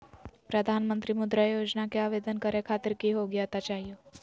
प्रधानमंत्री मुद्रा योजना के आवेदन करै खातिर की योग्यता चाहियो?